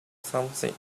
something